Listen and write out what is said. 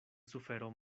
sufero